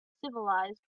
civilized